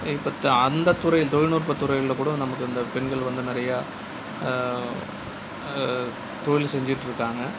இப்போ அந்த துறையில் தொழில்நுட்பத் துறையில் கூட நமக்கு இந்த பெண்கள் வந்து நிறையா தொழில் செஞ்சுட்டு இருக்காங்க